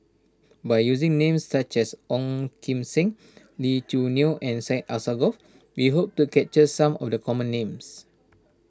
by using names such as Ong Kim Seng Lee Choo Neo and Syed Alsagoff we hope to capture some of the common names